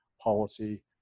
policy